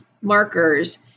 markers